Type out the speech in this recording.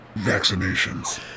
vaccinations